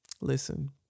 listen